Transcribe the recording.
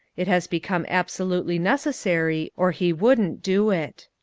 it has become absolutely necessary or he wouldn't do it.